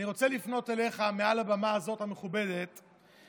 אני רוצה לפנות אליך מעל במה מכובדת זו.